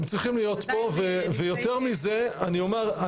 הם צריכים להיות פה ויותר מזה אני אומר,